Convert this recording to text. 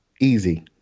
easy